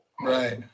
Right